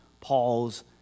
Paul's